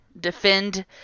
defend